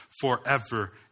forever